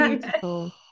Beautiful